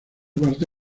parte